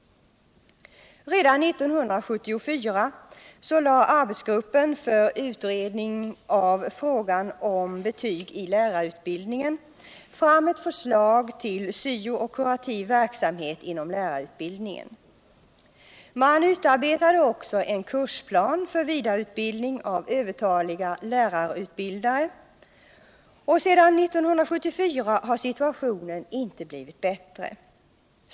Redan 1974 lade arbetsgruppen för utredning av frågan om betyg i lärarutbildningen fram ett förslag till svo och kurativ verksamhet inom lärarutbildningen. Man utarbetade också en kursplan för vidareutbildning av övertaliga lärarutbildare, och sedan 1974 har situationen inte blivit bättre.